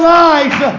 life